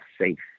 safe